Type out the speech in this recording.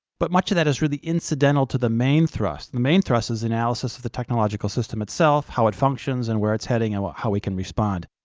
but much of that is really incidental to the main thrust. the main thrust is analysis of the technological system itself, how it functions and where it's heading, and how we can respond.